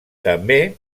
també